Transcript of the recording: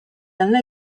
人类